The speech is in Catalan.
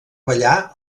ballar